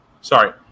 Sorry